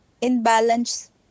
imbalance